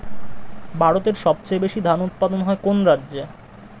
ভারতের সবচেয়ে বেশী ধান উৎপাদন হয় কোন রাজ্যে?